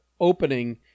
opening